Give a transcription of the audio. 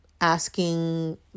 asking